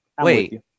wait